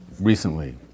recently